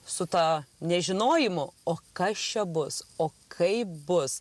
su ta nežinojimu o kas čia bus o kaip bus